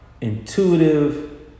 intuitive